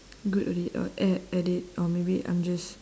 good at it or at at it or maybe I'm just